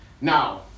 Now